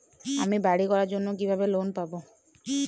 আমি বাড়ি করার জন্য কিভাবে লোন পাব?